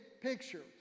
picture